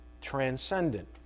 transcendent